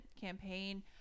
campaign